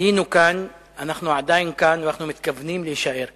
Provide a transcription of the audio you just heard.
היינו כאן, אנחנו עדיין כאן ומתכוונים להישאר כאן.